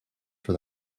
for